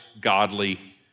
godly